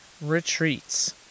Retreats